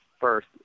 first